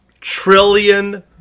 trillion